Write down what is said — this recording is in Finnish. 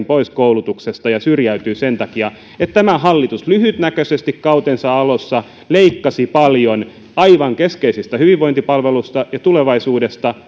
pois koulutuksesta ja syrjäytyy sen takia että tämä hallitus lyhytnäköisesti kautensa alussa leikkasi paljon aivan keskeisistä hyvinvointipalveluista ja tulevaisuudesta